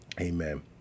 Amen